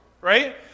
right